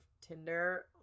Tinder